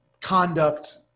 conduct